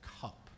cup